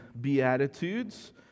Beatitudes